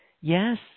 Yes